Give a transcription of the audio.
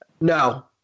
No